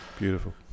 Beautiful